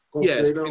Yes